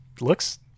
looks